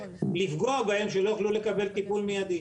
לפגוע בהם שלא יוכלו לקבל טיפול מיידי.